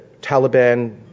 Taliban